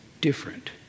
different